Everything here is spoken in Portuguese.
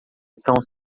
estão